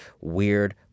weird